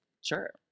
Sure